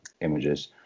images